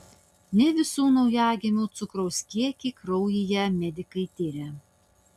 ne visų naujagimių cukraus kiekį kraujyje medikai tiria